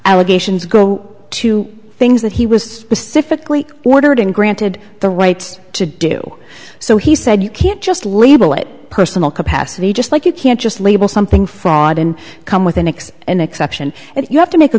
allegations go to things that he was specifically ordered and granted the rights to do so he said you can't just label it personal capacity just like you can't just label something fraud and come with an ex an exception and you have to make a